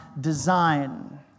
design